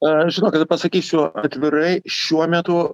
aš žinokit pasakysiu atvirai šiuo metu